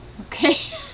Okay